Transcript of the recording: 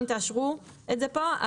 אם תאשרו את זה פה,